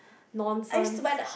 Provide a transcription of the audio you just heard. nonsense